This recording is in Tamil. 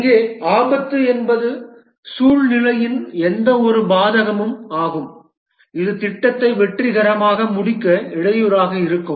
இங்கே ஆபத்து என்பது சூழ்நிலையின் எந்தவொரு பாதகமும் ஆகும் இது திட்டத்தை வெற்றிகரமாக முடிக்க இடையூறாக இருக்கும்